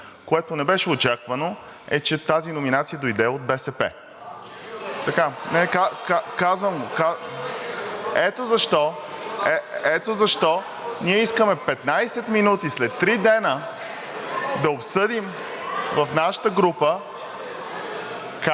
което не беше очаквано, е, че тази номинация дойде от БСП. (Шум и реплики.) Ето защо ние искаме 15 минути след три дни да обсъдим в нашата група